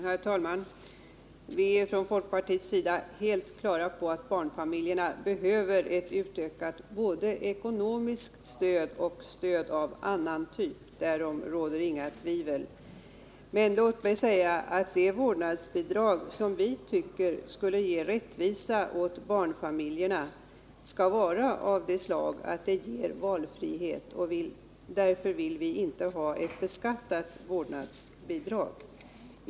Herr talman! På folkpartihåll är vi helt på det klara med att barnfamiljerna behöver både en ökning av det ekonomiska stödet och stöd av annan typ. Därom råder inga tvivel. Men låt mig säga att ett vårdnadsbidrag som vi tycker skulle ge rättvisa åt barnfamiljerna skall vara av det slaget att det ger valfrihet, och därför vill vi inte ha ett beskattat vårdnadsbidrag.